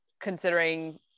considering